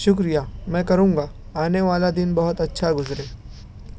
شکریہ میں کروں گا آنے والا دن بہت اچھا گزرے